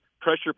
pressure